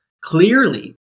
clearly